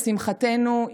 לשמחתנו,